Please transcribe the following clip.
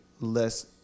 less